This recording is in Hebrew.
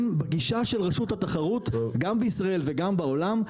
בגישה של רשות התחרות גם בישראל וגם בעולם,